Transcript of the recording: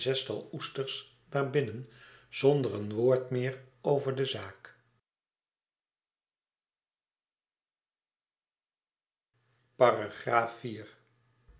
naar binnen zonder een woord meer over de zaak